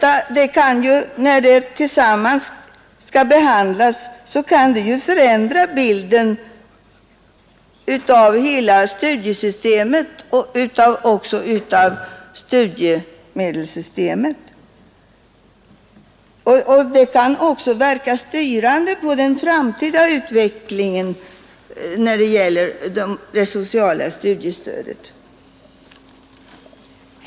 Allt detta kan, när det skall behandlas i ett sammanhang, komma att förändra både studiemedelssystemet och studiesystemet i stort. Det kan också verka styrande på den framtida utvecklingen av det sociala studiestödet.